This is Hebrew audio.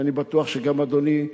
ואני בטוח שגם אדוני,